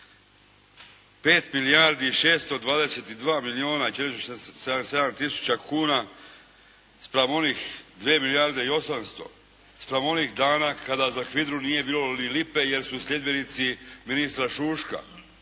5 milijardi 622 milijuna 477 tisuća kuna spram onih 2 milijarde i 800, spram onih dana kada za HVIDRA-u nije bilo ni lipe jer su sljedbenici ministra Šuška.